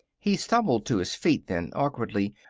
he stumbled to his feet, then, awkwardly.